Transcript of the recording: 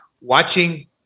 watching